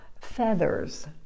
feathers